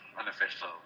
unofficial